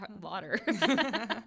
water